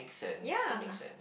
ya